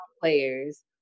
players